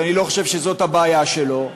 ואני לא חושב שזאת הבעיה שלו,